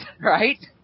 right